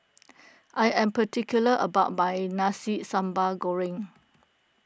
I am particular about my Nasi Sambal Goreng